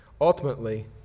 Ultimately